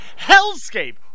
Hellscape